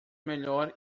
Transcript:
melhor